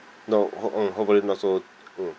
no hope~ hopefully not so mm